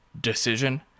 decision